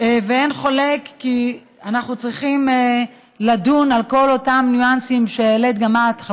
ואין חולק כי אנחנו צריכים לדון בכל אותם ניואנסים שהעלית גם את,